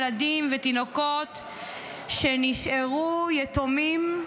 ילדים ותינוקות שנשארו יתומים,